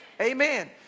Amen